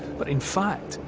but in fact,